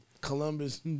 Columbus